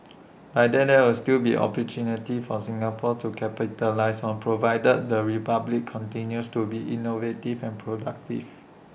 but there there will still be opportunities for Singapore to capitalise on provided the republic continues to be innovative and productive